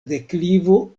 deklivo